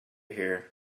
here